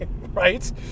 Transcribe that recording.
right